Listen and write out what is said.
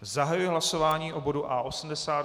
Zahajuji hlasování o bodu A80.